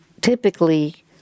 typically